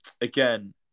again